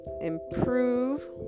improve